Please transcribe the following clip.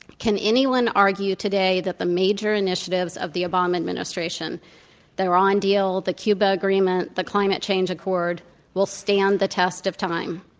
can anyone argue today that the major initiatives of the obama administration the iran deal, the cuba agreement, the climate change accord will stand the test of time?